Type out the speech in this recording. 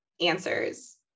answers